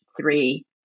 three